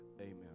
amen